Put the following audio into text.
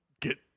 get